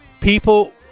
people